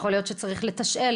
יכול להיות שצריך לתשאל.